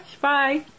Bye